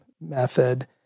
method